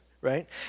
right